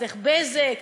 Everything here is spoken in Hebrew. אצלך, "בזק".